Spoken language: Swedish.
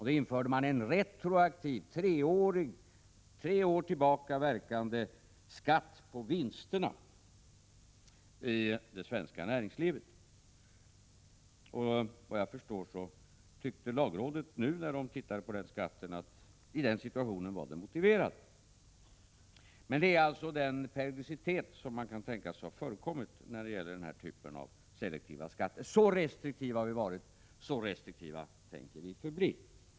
Då införde man en retroaktiv — sedan tre år tillbaka verkande — skatt på vinsterna i det svenska näringslivet. Vad jag förstår tyckte lagrådet när det nu tittade på den skatten att den i denna situation var motiverad. Detta är alltså den periodicitet som kan tänkas ha förekommit när det gäller den här typen av selektiva skatter. Så restriktiva har vi varit, och så restriktiva tänker vi förbli.